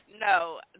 no